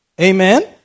Amen